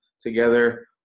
together